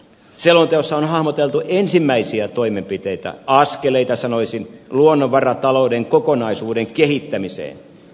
selonteossa on hahmoteltu ensimmäisiä toimenpiteitä askeleita sanoisin luonnonvaratalouden kokonaisuuden kehittämiseen